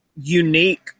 unique